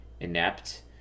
Inept